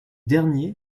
derniers